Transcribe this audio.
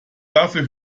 dafür